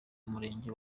murenge